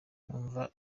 numva